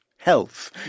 health